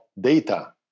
data